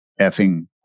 effing